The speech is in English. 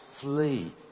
flee